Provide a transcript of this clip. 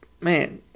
man